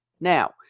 Now